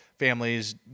families